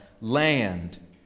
land